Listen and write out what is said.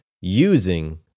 using